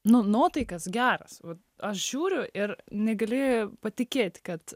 nu nuotaikas geras vat aš žiūriu ir negali patikėti kad